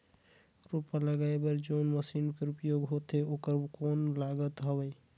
रोपा लगाय बर जोन मशीन कर उपयोग होथे ओकर कौन लागत हवय?